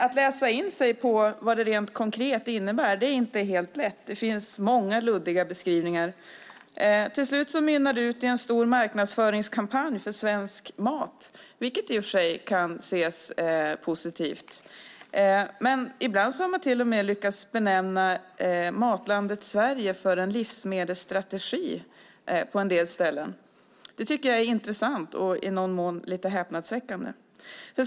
Att läsa in sig på vad det rent konkret innebär är inte helt lätt. Det finns många luddiga beskrivningar. Till slut mynnar det ut i en stor marknadsföringskampanj för svensk mat, vilket i och för sig kan ses positivt. Ibland har man dock till och med lyckats kalla Matlandet Sverige en livsmedelsstrategi på en del ställen. Det tycker jag är intressant och i någon mån lite häpnadsväckande.